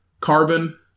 Carbon